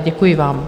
Děkuji vám.